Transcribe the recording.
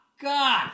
God